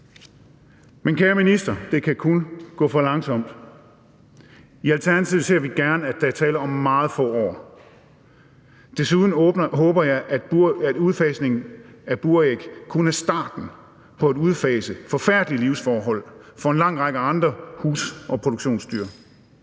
Men kære minister, det kan kun gå for langsomt. I Alternativet ser vi gerne, at der er tale om meget få år. Desuden håber jeg, at udfasningen af buræg kun er starten på at udfase forfærdelige livsforhold for en lang række andre hus- og produktionsdyr.